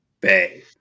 Bay